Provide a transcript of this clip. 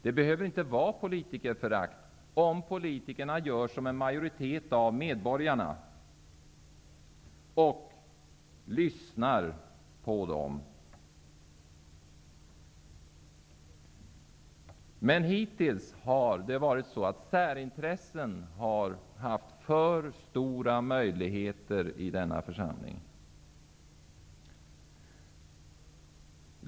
Det behöver inte finnas något politikerförakt om politikerna gör som en majoritet av medborgarna önskar och lyssnar på dem. Men hittills har särintressen haft för stora möjligheter i denna församling.